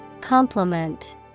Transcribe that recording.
Complement